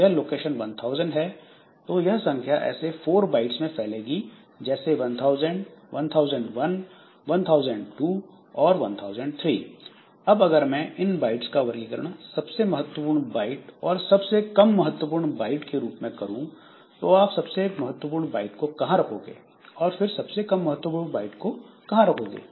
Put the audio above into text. यह लोकेशन 1000 है तो यह संख्या ऐसे 4 बाइट्स में फैलेगी जैसे 1000 1001 1002 और 1003 अब अगर मैं इन बाइट्स का वर्गीकरण सबसे महत्वपूर्ण बाइट और सबसे कम महत्वपूर्ण बाइट में करूं तो आप सबसे महत्वपूर्ण बाइट को कहां रखोगे और फिर सबसे कम महत्वपूर्ण बाइट को कहां रखोगे